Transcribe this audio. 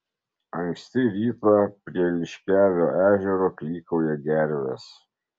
anksti rytą prie liškiavio ežero klykauja gervės